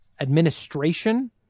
administration